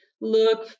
look